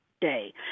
day